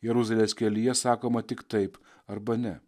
jeruzalės kelyje sakoma tik taip arba ne